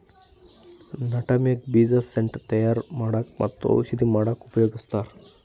nutmeg ಬೀಜ scent ತಯಾರ್ ಮಾಡಕ್ಕ್ ಮತ್ತ್ ಔಷಧಿ ಮಾಡಕ್ಕಾ ಉಪಯೋಗಸ್ತಾರ್